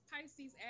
Pisces